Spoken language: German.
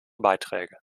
beiträge